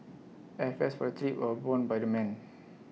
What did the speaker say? airfares for the trip were borne by the men